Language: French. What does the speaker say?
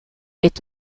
est